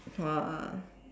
!wah!